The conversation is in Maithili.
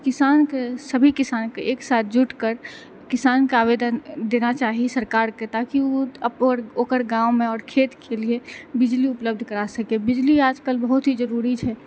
किसानके सभी किसानके एक साथ जुटि कर किसान के आवेदन देना चाही सरकारके ताकि ओ अपन ओकर गाँवमे और खेतके लिए बिजली उपलब्ध करा सके बिजली आजकल बहुत ही जरुरी छै